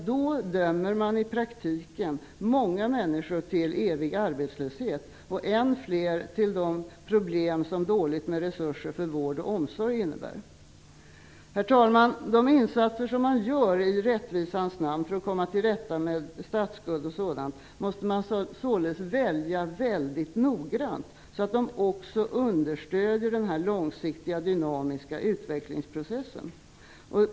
Då dömer man i praktiken många människor till evig arbetslöshet och än fler till de problem som dåligt med resurser för vård och omsorg innebär. Herr talman! De insatser som man i rättvisans namn gör för att komma till rätta med statsskulden o.d. måste man således välja väldigt noga, så att de också understödjer den långsiktiga dynamiska utvecklingsprocessen.